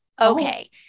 Okay